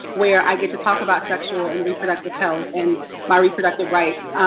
where i get to talk about sexual and reproductive health, and my reproductive rights.